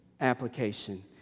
application